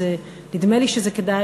אז נדמה לי שזה כדאי,